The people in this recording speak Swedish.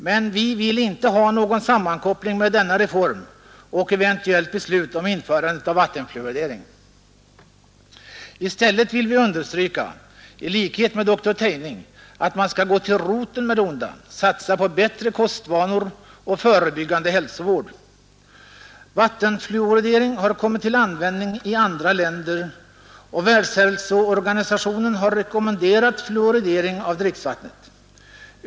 Men vi vill inte ha någon sammankoppling av denna reform och ett eventuellt beslut om införande av vattenfluoridering. I stället vill vi understryka, i likhet med dr Tejning, att man skall gå till roten med det onda, satsa på bättre kostvanor och förebyggande hälsovård. Vattenfluoridering har kommit till användning i andra länder, och Världshälsoorganisationen har rekommenderat fluoridering av dricksvattnet.